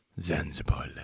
Zanzibar